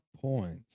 points